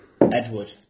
Edward